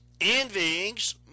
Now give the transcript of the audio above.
envyings